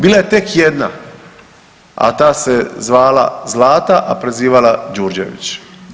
Bila je tek jedna, a ta se zvala Zlata a prezivala Đurđević.